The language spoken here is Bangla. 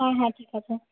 হ্যাঁ হ্যাঁ ঠিক আছে